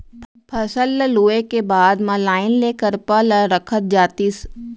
फसल ल लूए के बाद म लाइन ले करपा ल रखत जातिस